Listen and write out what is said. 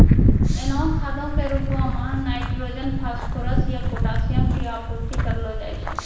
एहनो खादो के रुपो मे नाइट्रोजन, फास्फोरस या पोटाशियम के आपूर्ति करलो जाय छै